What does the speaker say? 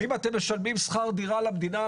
האם אתם משלמים שכר דירה למדינה,